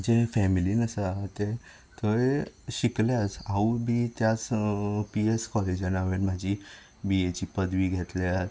आमच्या फेमेलीन आसा ते थंय शिकल्यात हांव बीन त्याच पी ई एस कॉलेजान हांवें म्हजी बी ए ची पदवी घेतल्या